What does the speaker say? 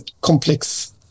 complex